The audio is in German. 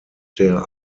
der